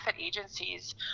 agencies